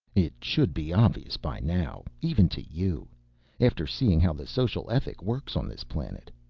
it should be obvious by now even to you after seeing how the social ethic works on this planet.